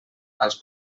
als